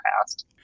past